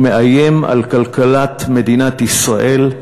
והוא מאיים על כלכלת מדינת ישראל.